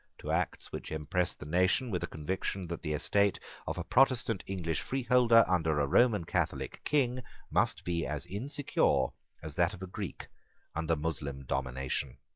to acts which impressed the nation with a conviction that the estate of a protestant english freeholder under a roman catholic king must be as insecure as that of a greek under moslem domination.